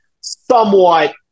somewhat